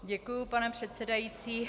Děkuji, pane předsedající.